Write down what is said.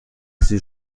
چیزی